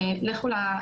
תודה רבה.